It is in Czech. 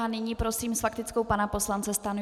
Nyní prosím s faktickou pana poslance Stanjuru.